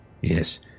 yes